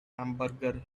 hamburger